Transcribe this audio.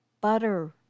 butter